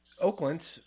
Oakland